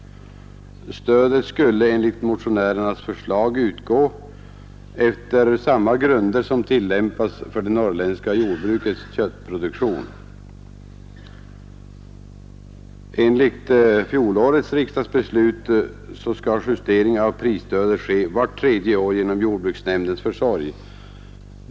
Stödet skulle enligt motionärernas förslag utgå efter samma grunder som tillämpas för det norrländska jordbrukets köttproduktion. Enligt fjolårets riksdagsbeslut skulle justering av prisstödet ske vart tredje år genom jordbruksnämndens försorg.